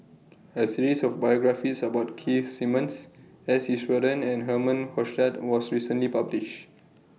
A series of biographies about Keith Simmons S Iswaran and Herman Hochstadt was recently published